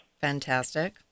Fantastic